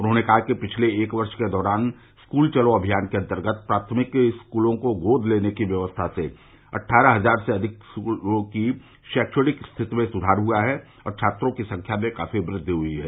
उन्होंने कहा कि पिछले एक वर्ष के दौरान स्कूल चलो अभियान के अन्तर्गत प्राथमिक स्कूलों को गोद लेने की व्यवस्था से अट्ठारह हजार से अधिक स्कूलों में शैवणिक स्थिति में सुघार हुआ है और छात्रों की संख्या में काफी वृद्धि हुई है